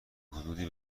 حدودی